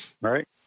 right